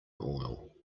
oil